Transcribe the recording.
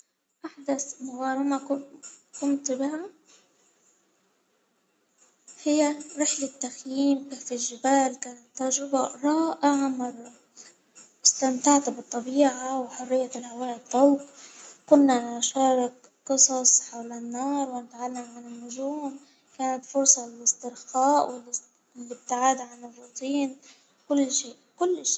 أحدث مغامرة قمت-قمت بها هي رحلة تخييم في الجبال كانت تجربة رائعة مرة، إستمتعت بالطبيعة وحرية الهواء الطلق، كنا نتشارك قصص حول النار ، والتعلم عن النجوم، كانت فرصة للإسترخاء والا-والإبتعاد عن الروتين كل شيء كل شيء.